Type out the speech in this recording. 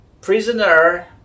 prisoner